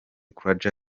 croidja